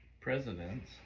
presidents